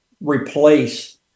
replace